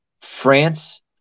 France